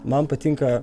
man patinka